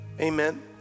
Amen